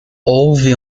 houve